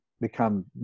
become